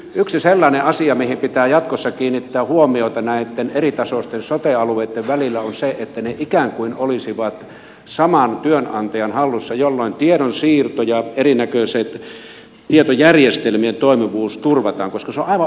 yksi sellainen asia mihin pitää jatkossa kiinnittää huomiota näitten eritasoisten sote alueitten välillä on se että ne ikään kuin olisivat saman työnantajan hallussa jolloin tiedonsiirto ja erinäköisten tietojärjestelmien toimivuus turvataan koska se on aivan olennaista